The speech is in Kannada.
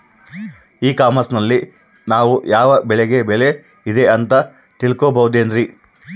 ಇ ಕಾಮರ್ಸ್ ನಲ್ಲಿ ನಾವು ಯಾವ ಬೆಳೆಗೆ ಬೆಲೆ ಇದೆ ಅಂತ ತಿಳ್ಕೋ ಬಹುದೇನ್ರಿ?